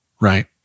right